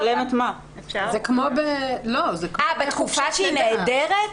את מדברת על התקופה בה היא נעדרת?